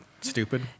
stupid